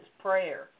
prayer